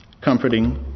comforting